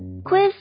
Quiz